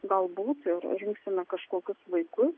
galbūt ir rinksime kažkokius vaikus